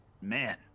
man